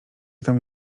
tam